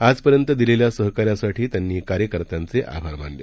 आजपर्यंतदिलेल्यासहकार्यासाठीत्यांनीकार्यकर्त्यांचेआभारमानले